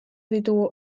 ditugu